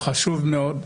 חשוב מאוד.